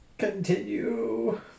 Continue